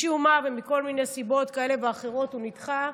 משום מה ומכל מיני סיבות כאלה ואחרות הוא נדחה,